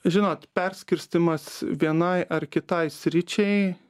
žinot perskirstymas vienai ar kitai sričiai